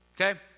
okay